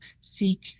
seek